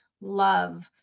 love